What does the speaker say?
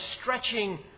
stretching